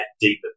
deeper